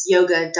Yoga